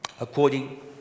according